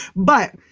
but,